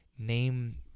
Name